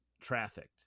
trafficked